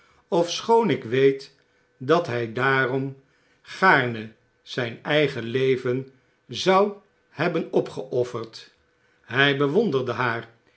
ofschoon ik weet dat hy daarom gaarne zyn eigen leven zou hebben opgeofferd hy bewonderde haar